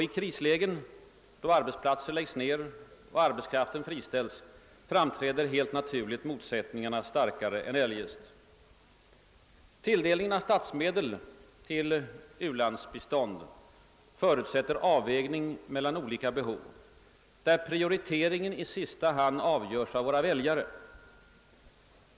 I krislägen då arbetsplatser läggs ned och arbetskraften friställs framträder helt naturligt motsättningarna starkare än eljest. landsbiståndet förutsätter avvägning mellan olika behov, där prioriteringen i sista hand avgörs av våra väljare.